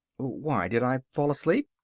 why did i fall asleep?